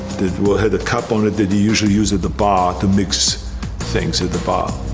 had a cup on it that you usually use at the bar to mix things at the bar.